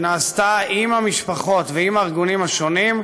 שנעשתה עם המשפחות ועם הארגונים השונים,